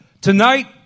Tonight